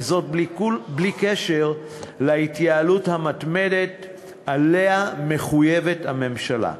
וזאת בלי קשר להתייעלות המתמדת שהממשלה מחויבת לה.